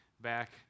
back